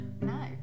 No